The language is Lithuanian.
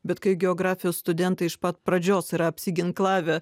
bet kai geografijos studentai iš pat pradžios yra apsiginklavę